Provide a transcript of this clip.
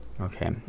Okay